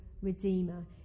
Redeemer